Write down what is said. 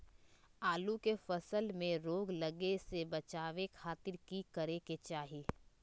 आलू के फसल में रोग लगे से बचावे खातिर की करे के चाही?